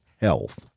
health